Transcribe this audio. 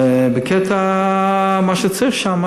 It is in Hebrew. בקטע של מה שצריך שם,